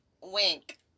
Wink